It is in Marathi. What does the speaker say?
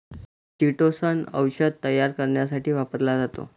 चिटोसन औषध तयार करण्यासाठी वापरला जातो